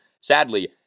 sadly